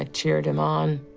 ah cheered him on,